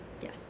Yes